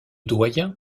doyen